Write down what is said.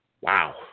Wow